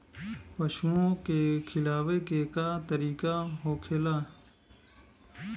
पशुओं के खिलावे के का तरीका होखेला?